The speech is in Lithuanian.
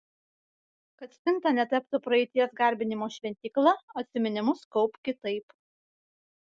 kad spinta netaptų praeities garbinimo šventykla atsiminimus kaupk kitaip